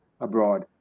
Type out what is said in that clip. abroad